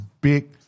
big